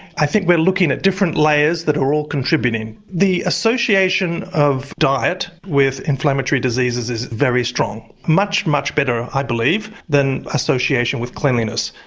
i think we're looking at different layers that are all contributing. the association of diet with inflammatory diseases is very strong, much, much better i believe than association with cleanliness.